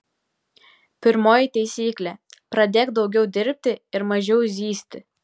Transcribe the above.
pirmoji taisyklė pradėk daugiau dirbti ir mažiau zyzti